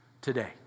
today